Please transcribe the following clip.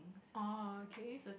oh okay